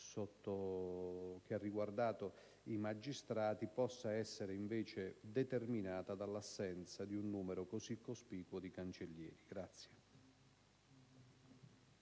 che ha riguardato i magistrati possa essere invece determinata dall'assenza di un numero così cospicuo di cancellieri.